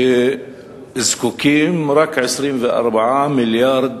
שזקוקים רק ל-24 מיליארד